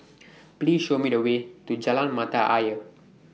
Please Show Me The Way to Jalan Mata Ayer